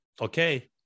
okay